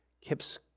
Kip's